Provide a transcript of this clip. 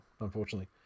unfortunately